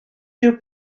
dyw